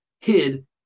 hid